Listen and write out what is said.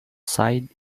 side